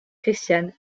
christiane